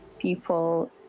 people